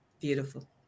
Beautiful